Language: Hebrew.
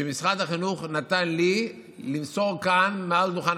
שמשרד החינוך נתן לי למסור כאן מעל דוכן